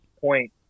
point